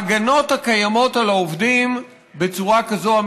ההגנות הקיימות על העובדים בצורה כזאת,